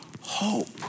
hope